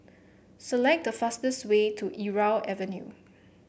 select the fastest way to Irau Avenue